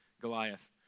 Goliath